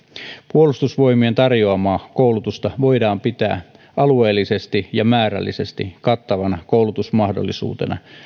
puolustusvoimien tarjoamaa koulutusta voidaan pitää alueellisesti ja määrällisesti kattavana koulutusmahdollisuutena